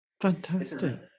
Fantastic